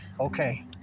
okay